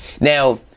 Now